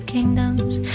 kingdoms